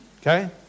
okay